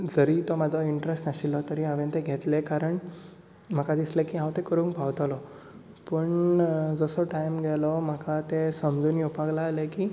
जरी तो माजो इन्टरस्ट नाशिल्लो तरी हांवेन ते घेतलें कारण म्हाका दिसले की हांव ते करूंक पावतलो पूण जसो टायम गेलो म्हाका तें समजून येवपाक लागलें की